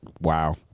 Wow